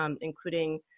including